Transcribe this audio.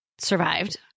survived